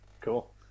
Cool